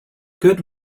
good